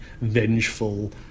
vengeful